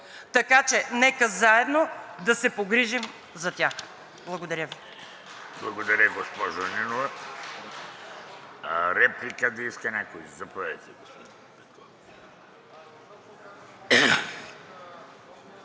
така че нека заедно да се погрижим за тях! Благодаря Ви.